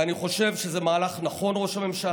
ואני חושב שזה מהלך נכון, ראש הממשלה.